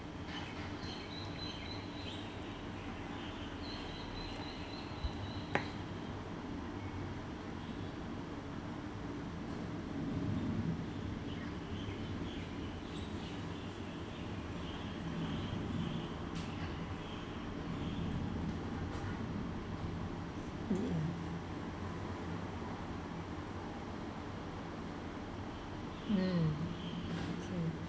mm mm mm mm